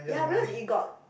ya because it got